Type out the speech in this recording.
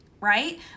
right